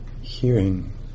hearing